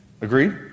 agreed